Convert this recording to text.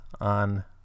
on